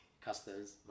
customs